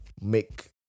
make